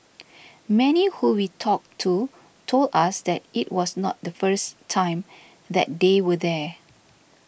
many who we talked to told us that it was not the first time that they were there